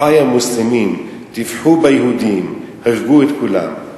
אחי המוסלמים, טבחו ביהודים, הרגו את כולם.